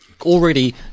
already